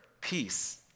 peace